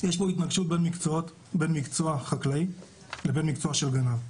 יש פה התנגשות בין מקצוע החקלאי לבין מקצוע של גנב.